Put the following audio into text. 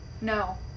no